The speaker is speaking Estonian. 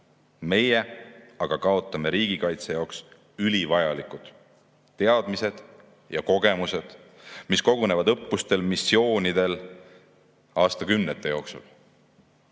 Meie aga kaotame riigikaitse jaoks ülivajalikud teadmised ja kogemused, mis kogunevad õppustel ja missioonidel aastakümnete jooksul.